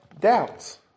doubts